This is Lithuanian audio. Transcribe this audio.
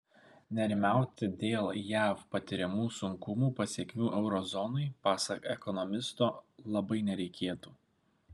nerimauti dėl jav patiriamų sunkumų pasekmių euro zonai pasak ekonomisto labai nereikėtų